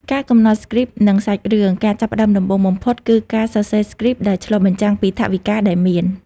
ការកំណត់ស្គ្រីបនិងសាច់រឿង ការចាប់ផ្តើមដំបូងបំផុតគឺការសរសេរស្គ្រីបដែលឆ្លុះបញ្ចាំងពីថវិកាដែលមាន។